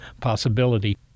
possibility